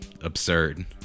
absurd